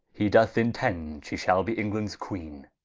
he doth intend she shall be englands queene